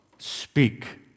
speak